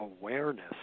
awareness